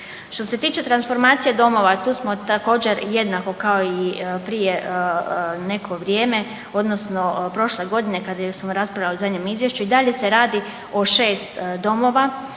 Što se tiče transformacije domova tu smo također jednako kao i prije neko vrijeme odnosno prošle godine kad smo raspravljali o zadnjem izvješću i dalje se radi o šest domova